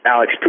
Alex